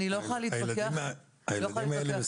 הילדים האלה,